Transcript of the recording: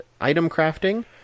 itemcrafting